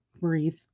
breathe